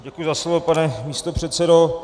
Děkuji za slovo, pane místopředsedo.